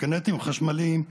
קורקינטים חשמליים,